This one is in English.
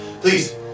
Please